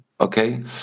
Okay